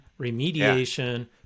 remediation